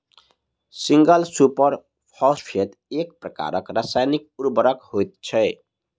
single super phosphate एक प्रकारक रासायनिक उर्वरक होइत छै